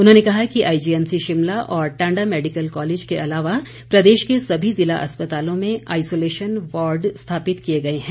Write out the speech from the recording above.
उन्होंने कहा कि आईजीएमसी शिमला और टांडा मैडिकल कॉलेज के अलावा प्रदेश के सभी जिला अस्पतालों में आईसोलेशन वार्ड स्थापित कर दिए गए हैं